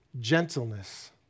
gentleness